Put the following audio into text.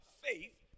faith